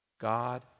God